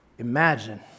Imagine